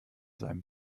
seinem